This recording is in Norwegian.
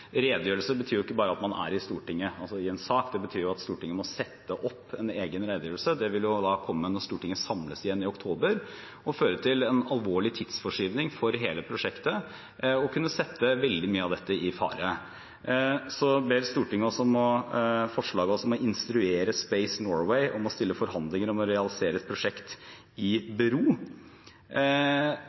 Redegjørelse betyr ikke bare at man er i Stortinget i forbindelse med en sak, det betyr jo at Stortinget må sette opp en egen redegjørelse. Den vil komme når Stortinget samles igjen i oktober, føre til en alvorlig tidsforskyvning for hele prosjektet og kunne sette veldig mye av dette i fare. Så ber Stortinget oss om – i det neste forslaget – å «instruere Space Norway om å stille forhandlinger om å realisere et prosjekt i bero».